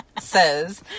says